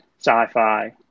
Sci-fi